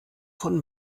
von